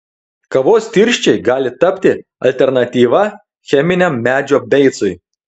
kavos tirščiai gali tapti alternatyva cheminiam medžio beicui